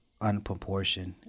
unproportioned